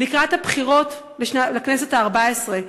לקראת הבחירות לכנסת הארבע-עשרה.